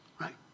right